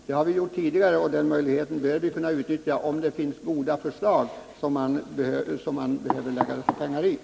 Det har man gjort tidigare, och den möjligheten bör man kunna utnyttja om det finns goda förslag som man behöver pengar till.